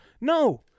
No